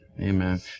Amen